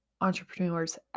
entrepreneurs